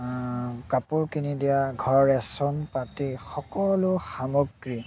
কাপোৰ কিনি দিয়া ঘৰ ৰেচন পাতি সকলো সামগ্ৰী